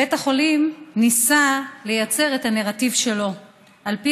בית החולים ניסה לייצר את הנרטיב שלו על פי